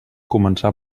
començar